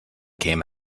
came